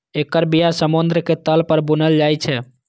एकर बिया समुद्रक तल पर बुनल जाइ छै